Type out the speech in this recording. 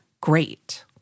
great